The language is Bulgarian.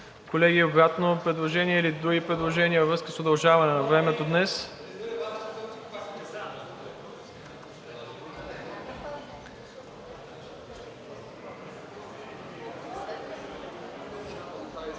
Колеги, обратно предложение или други предложения във връзка с удължаване на времето днес?